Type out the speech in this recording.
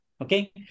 Okay